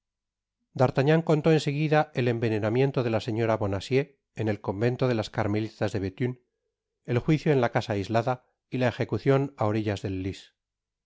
contó en seguida el envenenamiento de la señora bonacieux en el convento de las carmelitas de bethune el juicio en la casa aislada y la ejecucion á orillas del lys